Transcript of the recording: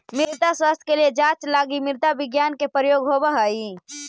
मृदा स्वास्थ्य के जांच लगी मृदा विज्ञान के प्रयोग होवऽ हइ